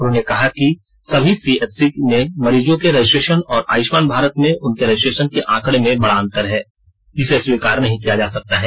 उन्होंने कहा कि सभी सीएचसी में मरीजों के रजिस्ट्रेशन और आयुष्मान भारत में उनके रजिस्ट्रेशन के आंकड़े में बड़ा अंतर है जिसे स्वीकार नहीं किया जा सकता है